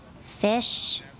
fish